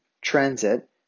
transit